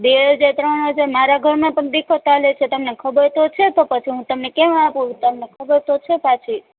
બે હજાર ત્રણ હજાર મારા ઘરમાં પણ દિકત હાલે છે તમને ખબર તો હશે તો છે તો પછી હું તમને કેમ આપું તમને ખબર તો છે પાછી